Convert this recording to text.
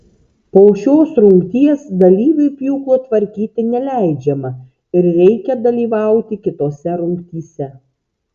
po šios rungties dalyviui pjūklo tvarkyti neleidžiama ir reikia dalyvauti kitose rungtyse